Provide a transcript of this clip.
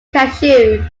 cashew